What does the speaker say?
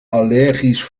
allergisch